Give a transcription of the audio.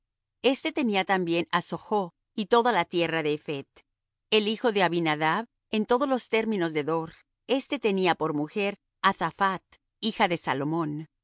éste tenía también á soch y toda la tierra de ephet el hijo de abinadab en todos los términos de dor éste tenía por mujer á thaphat hija de salomón